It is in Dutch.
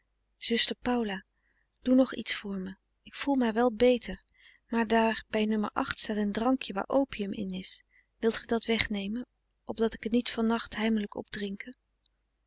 zuster paula doe nog iets voor me ik voel mij wel beter maar daar bij nummer acht staat een drankje waar opium in is wilt frederik van eeden van de koele meren des doods ge dat wegnemen opdat ik het niet van nacht heimelijk opdrinke